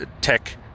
tech